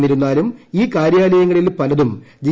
എന്നിരുന്നാലും ഈ കാര്യാലയങ്ങളിൽ പലതും ജി